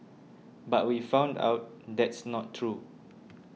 but we found out that's not true